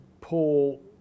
Paul